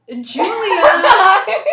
Julia